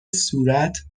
صورت